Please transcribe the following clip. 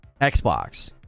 Xbox